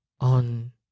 on